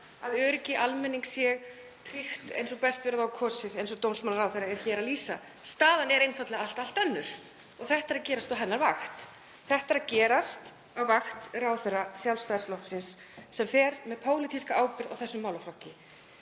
að öryggi almennings sé tryggt eins og best verður á kosið eins og dómsmálaráðherra lýsir hér. Staðan er einfaldlega allt önnur og þetta er að gerast á hennar vakt. Þetta er að gerast á vakt ráðherra Sjálfstæðisflokksins sem fer með pólitíska ábyrgð á þessum málaflokki.